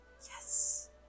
Yes